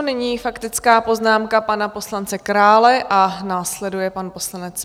Nyní faktická poznámka pana poslance Krále a následuje pan poslanec Müller.